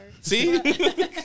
see